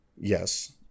Yes